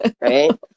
Right